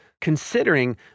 considering